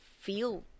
feel